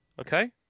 okay